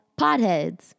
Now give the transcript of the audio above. potheads